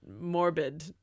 morbid